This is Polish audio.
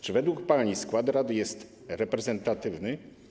Czy według pani skład rady jest reprezentatywny?